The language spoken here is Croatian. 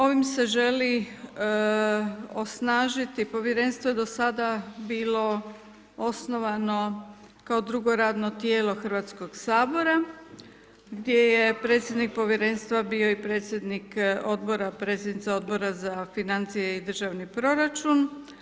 Ovim se želi osnažiti, Povjerenstvo je do sada bilo osnovno kao drugo radno tijelo HS-a gdje je predsjednik Povjerenstva bio i predsjednik Odbora, predsjednica Odbora za financije i državni proračun.